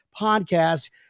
podcast